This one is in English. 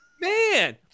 Man